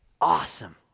Awesome